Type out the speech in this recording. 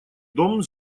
дом